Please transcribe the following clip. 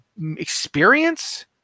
experience